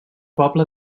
poble